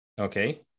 Okay